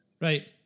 Right